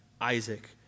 Isaac